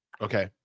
Okay